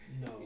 no